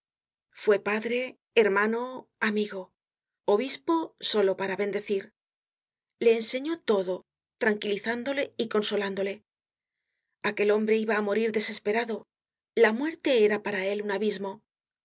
fue padre hermano amigo obispo solo para bendecir le enseñó todo tranquilizándole y consolándole aquel hombre iba á morir desesperado la muerte era para él un abismo